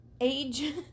age